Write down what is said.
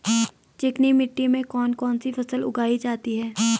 चिकनी मिट्टी में कौन कौन सी फसल उगाई जाती है?